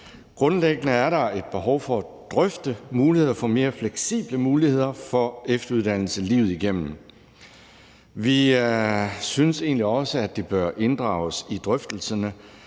grundlæggende et behov for at drøfte mulighederne for mere fleksible muligheder for efteruddannelse livet igennem. Vi synes egentlig også, at det bør inddrages i drøftelserne,